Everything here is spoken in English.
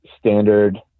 standard